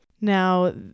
Now